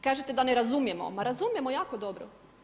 Kažete da ne razumijemo, pa razumijemo jako dobro.